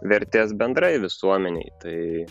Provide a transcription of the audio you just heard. vertės bendrai visuomenei tai